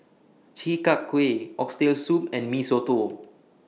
Chi Kak Kuih Oxtail Soup and Mee Soto